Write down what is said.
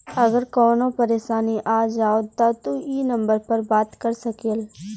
अगर कवनो परेशानी आ जाव त तू ई नम्बर पर बात कर सकेल